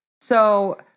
So-